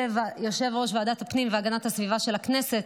יושב-ראש ועדת הפנים והגנת הסביבה של הכנסת,